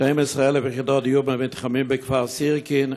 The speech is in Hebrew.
12,000 יחידות דיור במתחמים בכפר סירקין,